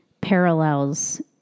parallels